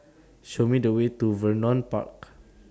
Show Me The Way to Vernon Park